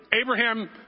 Abraham